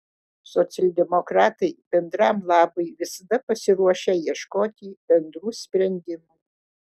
socialdemokratai bendram labui visada pasiruošę ieškoti bendrų sprendimų